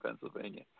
Pennsylvania